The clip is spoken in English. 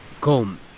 Come